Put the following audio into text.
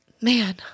Man